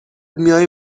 میای